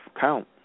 count